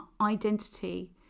identity